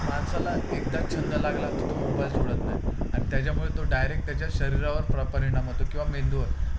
माणसाला एकदा छंद लागला तर तो मोबाईल सोडत नाही अन् त्याच्यामुळे तो डायरेक्ट त्याच्या शरीरावर प्र परिणाम होतो किंवा मेंदूवर